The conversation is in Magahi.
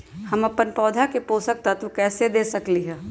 हम अपन पौधा के पोषक तत्व कैसे दे सकली ह?